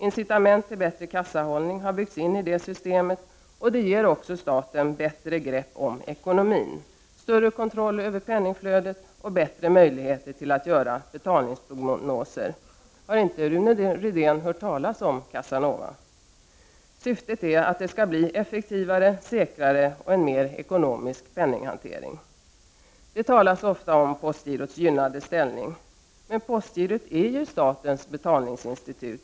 Incitament till bättre kassahållning har byggts in i systemet, vilket också ger staten bättre grepp om ekonomin, större kontroll över penningflödet och bättre möjligheter till att göra betalningsprognoser. Har Rune Rydén inte hört talas om Cassa Nova? Syftet är att det skall bli en effektivare, säkrare och mer ekonomisk penninghantering. Det talas ofta om postgirots gynnade ställning, men postgirot är ju statens betalningsinstitut.